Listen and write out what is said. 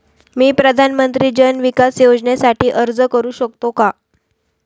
मी प्रधानमंत्री जन विकास योजनेसाठी अर्ज करू शकतो का?